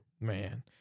Man